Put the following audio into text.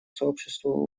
сообществу